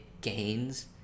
gains